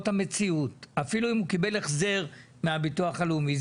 אפילו אם הוא קיבל החזר מהביטוח הלאומי.